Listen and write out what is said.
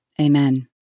Amen